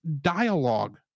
dialogue